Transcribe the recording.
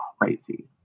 crazy